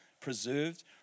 preserved